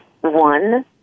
One